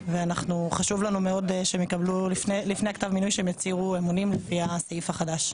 חשוב לנו מאוד שלפני קבלת כתב מינוי הם יצהירו אמונים לפי הסעיף החדש.